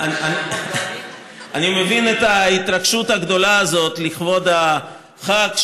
אני מבין את ההתרגשות הגדולה הזאת לכבוד החג,